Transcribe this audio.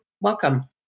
Welcome